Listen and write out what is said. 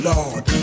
Lord